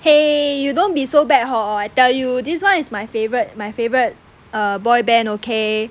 !hey! you don't be so bad hor I tell you this [one] is my favourite my favourite err boy band [okay]